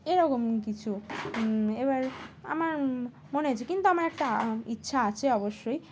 এরকম কিছু এবার আমার মনে আছে কিন্তু আমার একটা ইচ্ছা আছে অবশ্যই